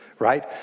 Right